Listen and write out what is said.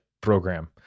program